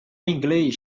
inglês